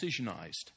decisionized